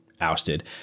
ousted